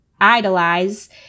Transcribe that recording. idolize